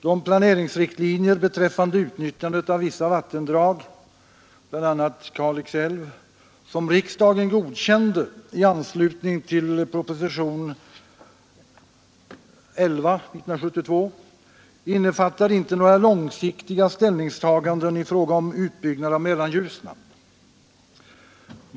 De planeringsriktlinjer beträffande utnyttjandet av vissa vattendrag, bl.a. Kalix älv, som riksdagen godkände i anslutning till propositionen 1972:11 innefattade inte några långsiktiga ställningstaganden i fråga om utbyggnad av Mellanljusnan.